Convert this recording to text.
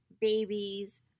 babies